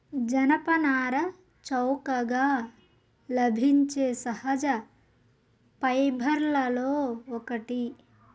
జనపనార చౌకగా లభించే సహజ ఫైబర్లలో ఒకటి